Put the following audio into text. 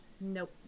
Nope